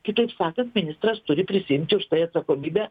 kitaip sakant ministras turi prisiimti už tai atsakomybę